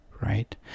right